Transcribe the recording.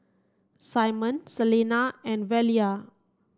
Simon Selena and Velia